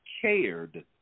cared